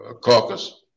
caucus